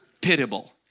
pitiable